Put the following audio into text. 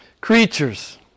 creatures